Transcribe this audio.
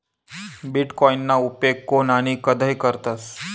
बीटकॉईनना उपेग कोन आणि कधय करतस